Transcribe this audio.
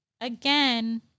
Again